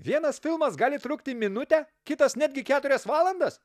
vienas filmas gali trukti minutę kitas netgi keturias valandas